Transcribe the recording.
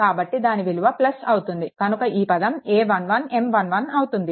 కాబట్టి దాని విలువ అవుతుంది కనుక ఈ పదం a11 M11 అవుతుంది